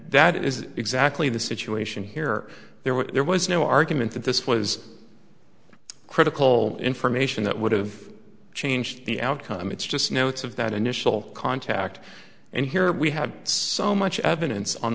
that is exactly the situation here there were there was no argument that this was critical information that would have changed the outcome it's just notes of that initial contact and here we had so much evidence on